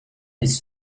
his